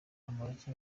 bamporiki